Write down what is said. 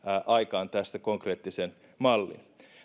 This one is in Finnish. aikaan tästä konkreettisen mallin